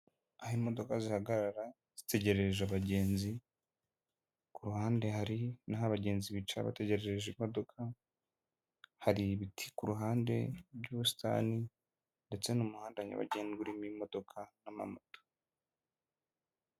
Aho imodoka zihagarara, zitegerereje abagenzi, ku ruhande hari n'aho abagenzi bicara bategerereje imodoka, hari ibiti ku ruhande by'ubusitani, ndetse n'umuhanda nyabagendwa urimo imodoka, n'amamoto.